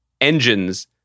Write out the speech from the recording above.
engines